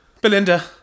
belinda